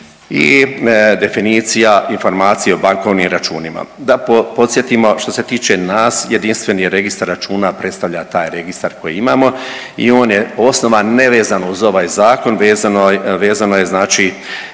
i definicija informacije o bankovnim računima. Da podsjetimo, što se tiče nas, Jedinstveni registar računa predstavlja taj registar koji imamo i on je osnovan nevezano uz ovaj Zakon, vezano je znači